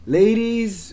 ladies